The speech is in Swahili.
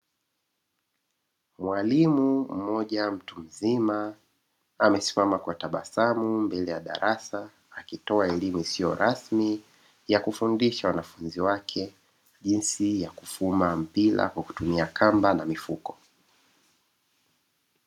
Mwalimu mmoja mtu mzima amesimama kwa tabasamu mbele ya darasa akitoa elimu isiyo rasmi ya kufundisha wanafunzi wake jinsi ya kufuma mpira kwa kutumia kamba na mifuko.